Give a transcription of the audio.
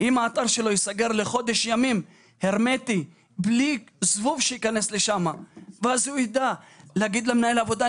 אם האתר שלו ייסגר הרמטית לחודש ימים הוא ידע להגיד למנהל העבודה שלו:,